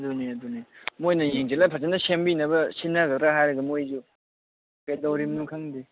ꯑꯗꯨꯅꯤ ꯑꯗꯨꯅꯤ ꯃꯣꯏꯅ ꯌꯦꯡꯁꯜꯂ ꯐꯖꯅ ꯁꯦꯝꯕꯤꯅꯕ ꯁꯤꯟꯅꯒꯗ꯭ꯔꯥ ꯍꯥꯏꯔꯒ ꯃꯈꯣꯏꯁꯨ ꯀꯗꯩꯔꯤꯕꯅꯣ ꯈꯪꯗꯦ